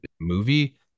movie